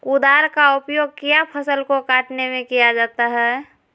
कुदाल का उपयोग किया फसल को कटने में किया जाता हैं?